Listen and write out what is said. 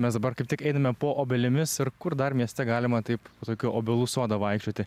mes dabar kaip tik einame po obelimis ir kur dar mieste galima taip po tokių obelų sodą vaikščioti